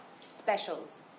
specials